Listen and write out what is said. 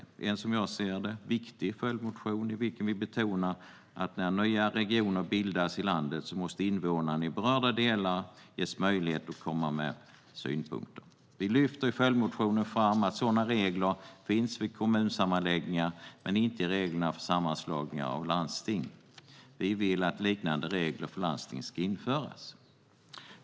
Den är en, som jag ser det, viktig följdmotion i vilken vi betonar att när nya regioner bildas i landet måste invånarna i berörda delar ges möjlighet att komma med synpunkter. Vi lyfter i följdmotionen fram att sådana regler finns vid kommunsammanläggningar men inte i reglerna för sammanläggningar av landsting. Vi vill att liknande regler för landsting ska införas.